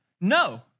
No